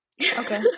Okay